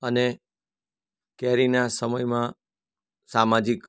અને કેરીના સમયમાં સામાજિક